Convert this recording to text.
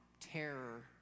terror